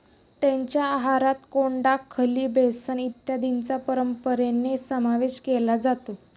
त्यांच्या आहारात कोंडा, खली, बेसन इत्यादींचा परंपरेने समावेश केला जातो